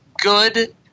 good